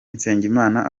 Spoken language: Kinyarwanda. nsengimana